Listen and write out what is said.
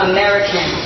American